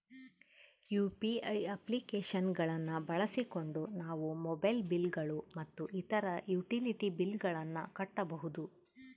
UPI application ಗಳನ್ನ ಬಳಸಿಕೊಂಡು ನಾವು ಮೊಬೈಲ್ ಬಿಲ್ ಗಳು ಮತ್ತು ಇತರ ಯುಟಿಲಿಟಿ ಬಿಲ್ ಗಳನ್ನ ಕಟ್ಟಬಹುದು